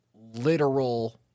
literal